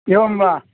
एवं वा